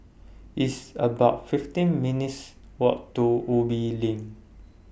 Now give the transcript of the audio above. It's about fifteen minutes' Walk to Ubi LINK